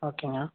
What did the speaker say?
ஓகேங்க